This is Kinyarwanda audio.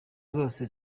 zose